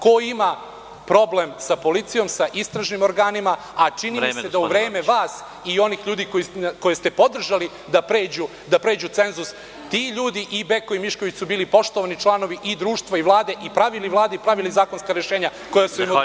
Ko ima problem sa policijom, sa istražnim organima, a čini mi se da u vreme vas i onih ljudi koje ste podržali da pređu cenzus, ti ljudi, i Beko i Mišković, su bili poštovani članovi i društva i Vlade i pravili Vlade i pravili zakonska rešenja koja su im odgovarala.